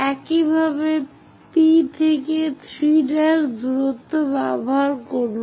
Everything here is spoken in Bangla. একইভাবে P থেকে 3' দূরত্ব ব্যবহার করুন